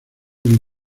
del